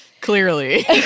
Clearly